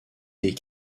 des